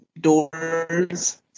doors